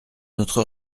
notre